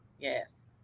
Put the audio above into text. Yes